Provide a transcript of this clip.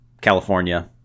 California